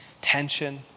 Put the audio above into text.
tension